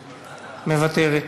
מוותרת,